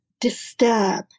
disturb